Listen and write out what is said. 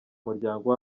muryango